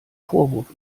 vorwurf